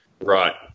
Right